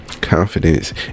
confidence